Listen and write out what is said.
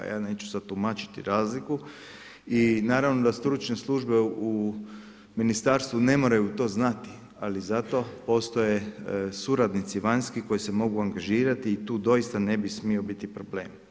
Ja neću sad tumačiti razliku i naravno da stručne službe u ministarstvu ne moraju to znati, ali zato postoje suradnici vanjski koji se mogu angažirati i tu doista ne bi smio biti problem.